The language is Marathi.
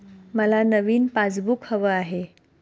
मला नवीन पासबुक हवं आहे